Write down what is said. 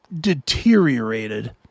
deteriorated